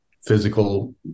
physical